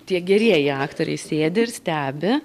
tie gerieji aktoriai sėdi ir stebi